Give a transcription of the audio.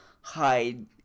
hide